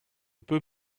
peux